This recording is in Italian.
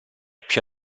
più